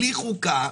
בלי חוקה,